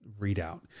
readout